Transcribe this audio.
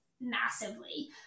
massively